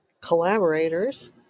Collaborators